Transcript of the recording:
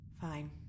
Fine